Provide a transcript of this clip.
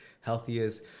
healthiest